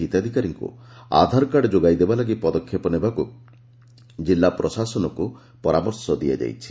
ହିତାଧିକାରୀମାନଙ୍କୁ ଆଧାରକାର୍ଡ ଯୋଗାଇ ଦେବାଲାଗି ପଦକ୍ଷେପ ନେବାକୁ ଜିଲ୍ଲା ପ୍ରଶାସନକୁ ପରାମର୍ଶ ଦିଆଯାଇଛି